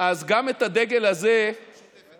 אז גם את הדגל הזה נתניהו